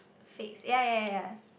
six ya ya ya ya